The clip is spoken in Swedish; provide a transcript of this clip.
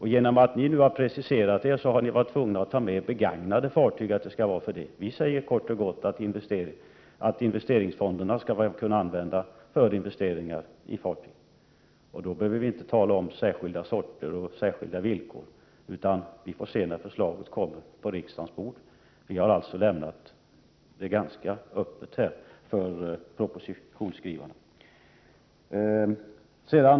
Eftersom ni har preciserat er, har ni varit tvungna att även ta med begagnade fartyg. Vi säger kort och gott att investeringsfonderna skall kunna användas för investeringar i fartyg. Vi behöver därför inte tala om vilka fartygsslag som skall ingå eller vilka villkor som skall gälla. Det kan vi ta ställning till när förslaget kommer på riksdagens bord. Vi har alltså här lämnat det ganska öppet för propositionsförfattarna.